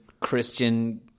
christian